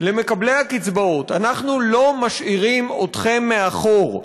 למקבלי הקצבאות: אנחנו לא משאירים אתכם מאחור,